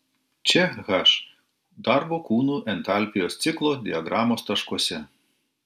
čia h darbo kūnų entalpijos ciklo diagramos taškuose